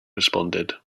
responded